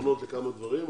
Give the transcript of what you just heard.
פתרונות לכמה דברים.